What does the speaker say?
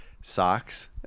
socks